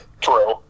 true